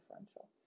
differential